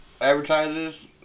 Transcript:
advertises